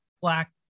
black